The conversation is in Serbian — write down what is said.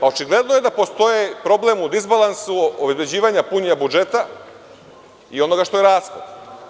Očigledno je da postoje problemi u disbalansu obezbeđivanja punjenja budžeta i onoga što je raslo.